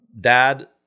dad